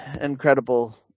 incredible